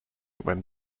when